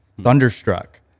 Thunderstruck